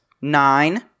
nine